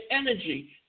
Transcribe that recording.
energy